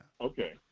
okay